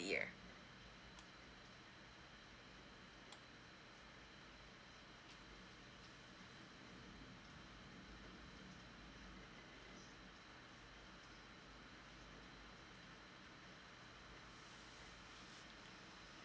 yeah